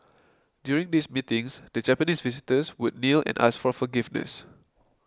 during these meetings the Japanese visitors would kneel and ask for forgiveness